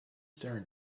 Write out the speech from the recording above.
staring